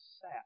sat